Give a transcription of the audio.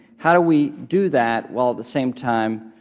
how do we do that while at the same time